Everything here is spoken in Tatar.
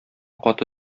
каты